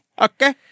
Okay